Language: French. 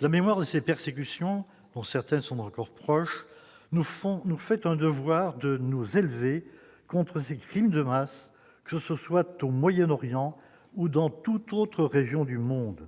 la mémoire de ces persécutions dont certains sont encore proches nous font nous fait un devoir de nous élever contre ces crimes de masse, que ce soit au Moyen-Orient ou dans toute autre région du monde,